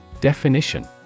Definition